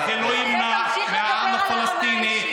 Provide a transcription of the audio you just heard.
ותוכנית אחר תוכנית,